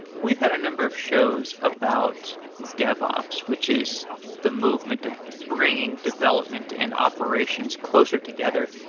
we've had a number of shows about devops, which is the movement of bringing development and operations closer together.